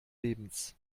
lebens